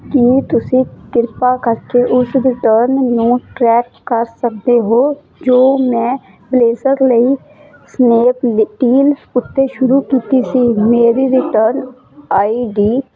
ਕੀ ਤੁਸੀਂ ਕਿਰਪਾ ਕਰਕੇ ਉਸ ਰਿਟਰਨ ਨੂੰ ਟਰੈਕ ਕਰ ਸਕਦੇ ਹੋ ਜੋ ਮੈਂ ਬਲੇਜ਼ਰ ਲਈ ਸਨੇਕਟੀਨ ਉੱਤੇ ਸ਼ੁਰੂ ਕੀਤੀ ਸੀ ਮੇਰੀ ਰਿਟਰਨ ਆਈ ਡੀ